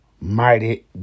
Mighty